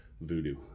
voodoo